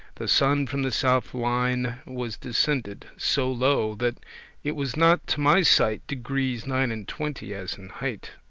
the sunne from the south line was descended so lowe, that it was not to my sight degrees nine-and-twenty as in height.